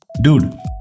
dude